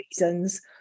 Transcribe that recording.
reasons